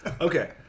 Okay